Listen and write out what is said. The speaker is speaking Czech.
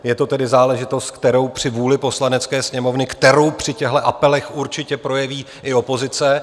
Je to tedy záležitost, kterou při vůli Poslanecké sněmovny kterou při těchhle apelech určitě projeví i opozice.